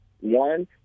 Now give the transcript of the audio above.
One